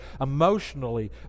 emotionally